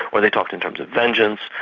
or they talked in terms of vengeance,